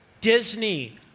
Disney